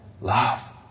love